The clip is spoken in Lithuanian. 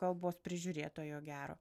kalbos prižiūrėtojo gero